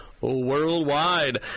Worldwide